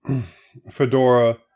Fedora